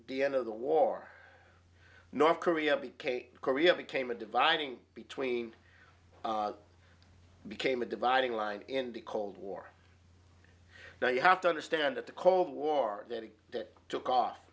the end of the war north korea became korea became a dividing between became a dividing line in the cold war now you have to understand that the cold war that that took off